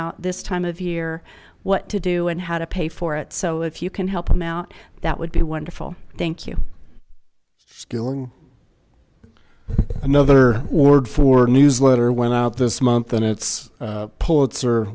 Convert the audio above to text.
out this time of year what to do and how to pay for it so if you can help them out that would be wonderful thank you skilling another word for newsletter went out this month and it's pulitzer